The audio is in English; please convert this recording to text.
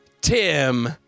Tim